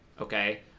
okay